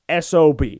SOB